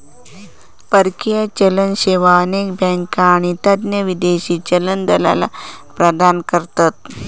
परकीय चलन सेवा अनेक बँका आणि तज्ञ विदेशी चलन दलाल प्रदान करतत